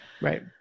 Right